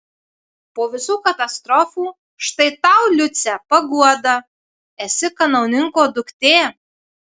po visų katastrofų štai tau liuce paguoda esi kanauninko duktė